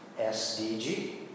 SDG